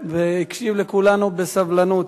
ושהקשיב לכולנו בסבלנות.